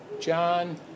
John